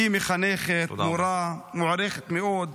היא מחנכת, מורה מוערכת מאוד.